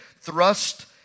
thrust